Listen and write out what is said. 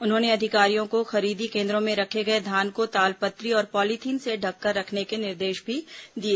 उन्होंने अधिकारियों को खरीदी केन्द्रों में रखे गए धान को तालपत्री और पॉलीथिन से ढंककर रखने के निर्देश भी दिए